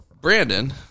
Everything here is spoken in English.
Brandon